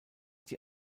die